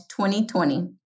2020